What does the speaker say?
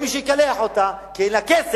אין מי שיקלח אותה,